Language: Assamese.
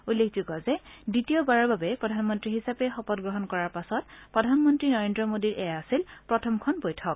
উল্লেখযোগ্য যে দ্বিতীয়বাৰৰ বাবে প্ৰধানমন্ত্ৰী হিচাপে শপতগ্ৰহণ কৰাৰ পাছত প্ৰধান মন্ত্ৰী নৰেন্দ্ৰ মোদীৰ এয়া আছিল প্ৰথমখন বৈঠক